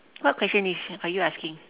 what question is are you asking